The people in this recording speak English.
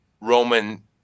Roman